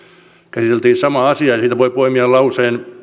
käsiteltiin samaa asiaa ja siitä voi poimia lauseen